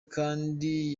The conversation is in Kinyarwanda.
kandi